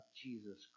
Jesus